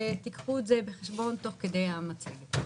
שתיקחו אותם בחשבון תוך כדי הצגת המצגת.